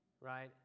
right